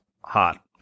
hot